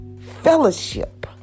fellowship